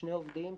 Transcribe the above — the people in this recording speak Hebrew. שני עובדים,